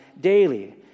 daily